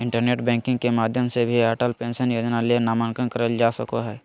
internet banking के माध्यम से भी अटल पेंशन योजना ले नामंकन करल का सको हय